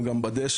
חגי